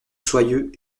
soyeux